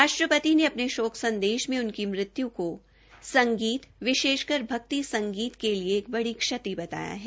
राष्ट्रपति ने अपने शोक संदेश में उनकी मृत्यु को संगीत विशेषकर भजन संगीत के लिए एक बड़ी क्षति बताया है